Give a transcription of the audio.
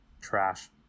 Trash